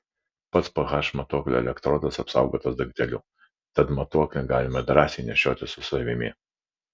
pats ph matuoklio elektrodas apsaugotas dangteliu tad matuoklį galime drąsiai nešiotis su savimi